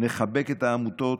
נחבק את העמותות,